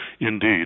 Indeed